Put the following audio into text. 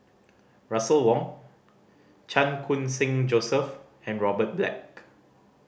Russel Wong Chan Khun Sing Joseph and Robert Black